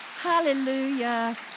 Hallelujah